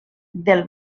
del